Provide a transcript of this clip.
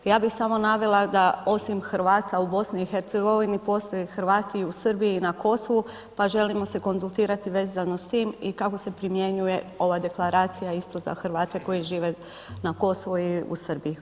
Ja bih samo navela da osim Hrvata u BiH postoje Hrvati i u Srbiji i na Kosovu pa želimo se konzultirati vezano s time i kako se primjenjuje ova Deklaracija isto za Hrvate koji žive na Kosovu i u Srbiji.